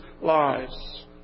lives